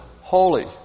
holy